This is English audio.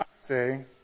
say